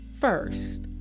first